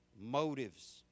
motives